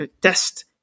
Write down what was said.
test